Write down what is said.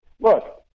look